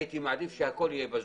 הייתי מעדיף שהכול יהיה ב-זום.